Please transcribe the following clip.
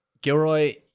Gilroy